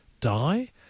die